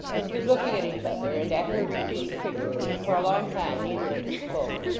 they stood looking at each other, and at her retreating figure, and for a long time neither of them spoke.